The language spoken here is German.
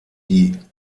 die